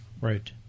Right